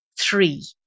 Three